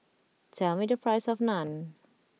tell me the price of Naan